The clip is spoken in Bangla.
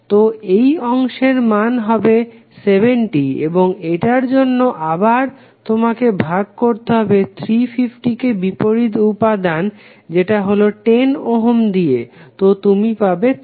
তো এই অংশের মান হবে 70 এবং এটার জন্য আবার তোমাকে ভাগ করতে হবে 350 কে বিপরীত উপাদান যেটা হলো 10 ওহম দিয়ে তো তুমি পাবে 35